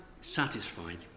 satisfied